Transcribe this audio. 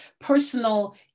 personal